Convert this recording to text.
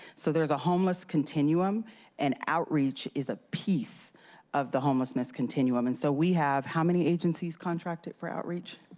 so there's a homeless continuum and outreach is a piece of the homelessness continuum. and so we have how many agencies contracted for outreach?